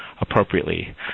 appropriately